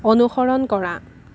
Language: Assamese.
অনুসৰণ কৰা